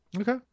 okay